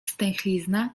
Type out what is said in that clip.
stęchlizna